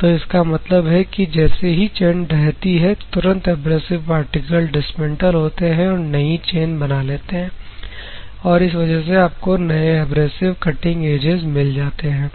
तो इसका मतलब है कि जैसे ही चैन ढहती है तुरंत एब्रेसिव पार्टिकल डिस्मेंटल होते हैं और नई चीज बना लेते हैं और इस वजह से आपको नए एब्रेसिव कटिंग एजेस मिल जाते हैं